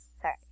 Sorry